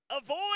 avoid